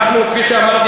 כפי שאמרתי,